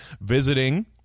visiting